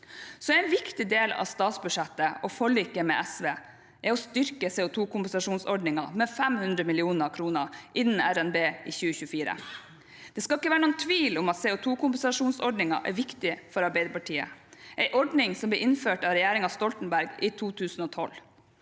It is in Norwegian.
En viktig del av statsbudsjettet og forliket med SV er å styrke CO2-kompensasjonsordningen med 500 mill. kr innen revidert nasjonalbudsjett 2024. Det skal ikke være noen tvil om at CO2-kompensasjonsordningen er viktig for Arbeiderpartiet, en ordning som ble innført av regjeringen Stoltenberg i 2012.